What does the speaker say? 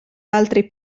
altri